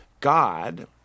God